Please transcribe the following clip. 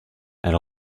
elle